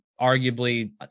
arguably